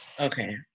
Okay